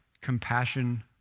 compassion